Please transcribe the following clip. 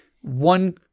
One